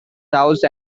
house